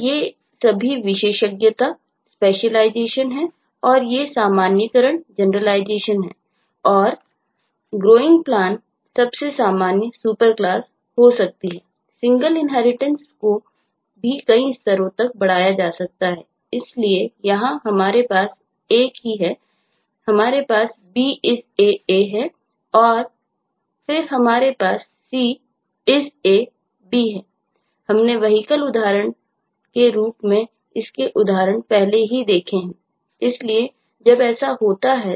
तो ये सभी विशेषज्ञतास्पेशलाइजेशन कहते है